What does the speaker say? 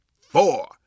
four